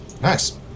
Nice